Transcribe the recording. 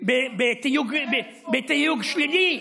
בתיוג שלילי?